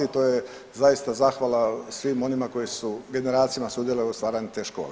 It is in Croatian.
To je zaista zahvala svim onima koji su generacijama sudjelovali u stvaranju te škole.